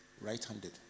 right-handed